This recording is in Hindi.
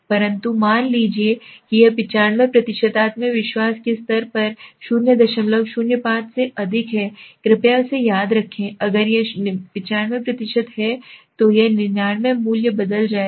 परंतु मान लीजिए कि यह 95 आत्मविश्वास के स्तर पर 005 से अधिक है कृपया इसे याद रखें अगर यह 95 है तो यह है 99 मूल्य बदल जाएगा